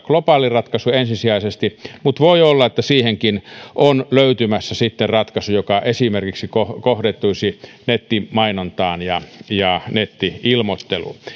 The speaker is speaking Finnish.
globaali ratkaisu ensisijaisesti mutta voi olla että siihenkin on löytymässä sitten ratkaisu joka esimerkiksi kohdentuisi nettimainontaan ja ja netti ilmoitteluun